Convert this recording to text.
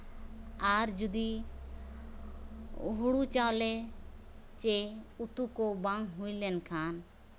ᱟᱨ ᱡᱩᱫᱤ ᱦᱩᱲᱩ ᱪᱟᱣᱞᱮ ᱥᱮ ᱩᱛᱩ ᱠᱚ ᱵᱟᱝ ᱦᱩᱭ ᱞᱮᱱ ᱠᱷᱟᱱ